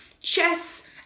chess